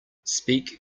speak